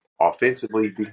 offensively